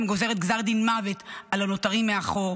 גוזרת גזר דין מוות על הנותרים מאחור.